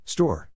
Store